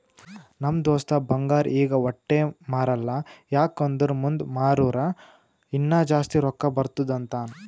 ನಮ್ ದೋಸ್ತ ಬಂಗಾರ್ ಈಗ ವಟ್ಟೆ ಮಾರಲ್ಲ ಯಾಕ್ ಅಂದುರ್ ಮುಂದ್ ಮಾರೂರ ಇನ್ನಾ ಜಾಸ್ತಿ ರೊಕ್ಕಾ ಬರ್ತುದ್ ಅಂತಾನ್